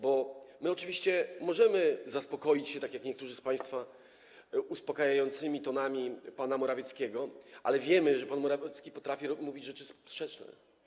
Bo my oczywiście możemy zadowolić się, tak jak niektórzy z państwa, uspokajającymi tonami pana Morawieckiego, ale wiemy, że pan Morawiecki potrafi mówić rzeczy sprzeczne.